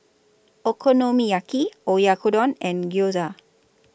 Okonomiyaki Oyakodon and Gyoza